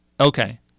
Okay